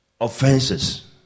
offenses